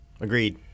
Agreed